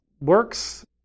works